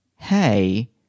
Hey